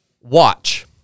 watch